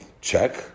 check